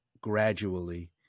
gradually